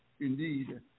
Indeed